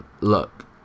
look